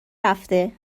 رفته